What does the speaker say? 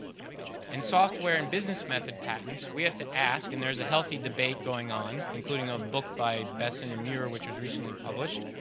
and software and business method patents, we have to ask, and there's a healthy debate going on, including a book by bessen and meurer, which was recently published,